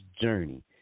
journey